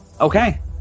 Okay